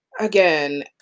Again